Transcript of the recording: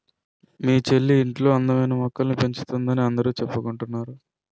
మీ చెల్లి ఇంట్లో అందమైన మొక్కల్ని పెంచుతోందని అందరూ చెప్పుకుంటున్నారు